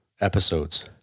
episodes